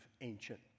ancient